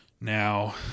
Now